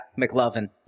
McLovin